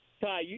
Ty